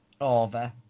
over